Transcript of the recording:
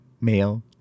male